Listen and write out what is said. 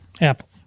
Apple